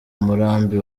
murambi